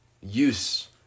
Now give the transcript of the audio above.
use